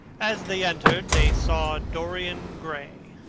as they entered they saw dorian gray.